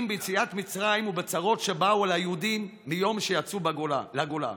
ביציאת מצרים ובצרות שבאו על היהודים מיום שיצאו לגולה.